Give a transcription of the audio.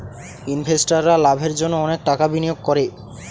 ইনভেস্টাররা লাভের জন্য অনেক টাকা বিনিয়োগ করে